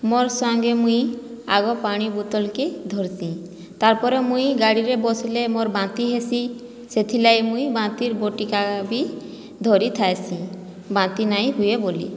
ମୋର ସାଙ୍ଗେ ମୁଇଁ ଆଗ ପାଣି ବୋତଲ୍କେ ଧର୍ସି ତାର୍ପରେ ମୁଇଁ ଗାଡ଼ିରେ ବସିଲେ ମୋର ବାନ୍ତି ହେସି ସେଥିର ଲାଗି ମୁଇଁ ବାନ୍ତିର୍ ବଟିକା ବି ଧରି ଥାଇସି ବାନ୍ତି ନାଇଁ ହୁଏ ବୋଲି